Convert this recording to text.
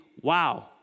wow